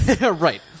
Right